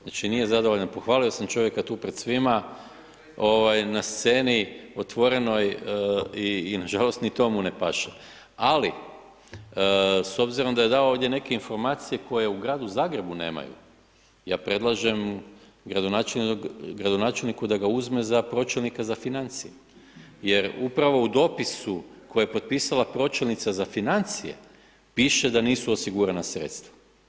Znači, nije zadovoljan, pohvalio sam čovjeka tu pred svima na sceni otvorenoj i nažalost ni to mu ne paše, ali s obzirom da je dao ovdje neke informacije koje u Gradu Zagrebu nemaju, ja predlažem gradonačelniku da ga uzme za pročelnika za financije jer upravo u dopisu koje je potpisala pročelnica za financije, piše da nisu osigurana sredstva.